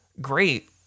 great